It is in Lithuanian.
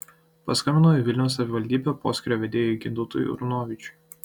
paskambinau į vilniaus savivaldybę poskyrio vedėjui gintautui runovičiui